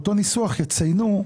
באותו הניסוח,